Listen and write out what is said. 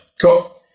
Cool